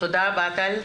תודה רבה, טל.